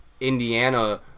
Indiana